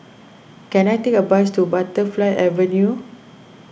can I take a bus to Butterfly Avenue